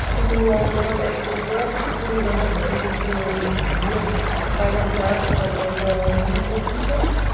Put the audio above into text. people who ah were not able to work, people who were not able to live by themselves, that they were useless eaters.